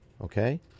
Okay